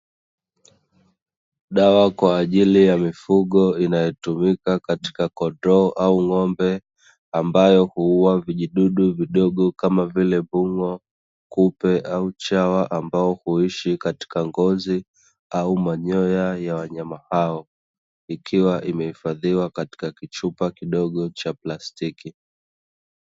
Dawa kwa ajili ya mifugo inayotumika katika kondoo au ng'ombe ambayo huua vijidudu vidogo kama vile; mbung'o, kupe au chawa ambao huishi katika ngozi au manyoya ya wanyama hao. Ikiwa imehifadhiwa katika kichupa kidogo cha plastiki.